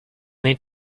need